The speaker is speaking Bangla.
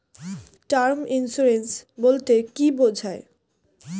টার্ম ইন্সুরেন্স বলতে কী বোঝায়?